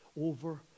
over